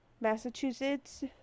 Massachusetts